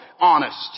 honest